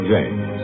James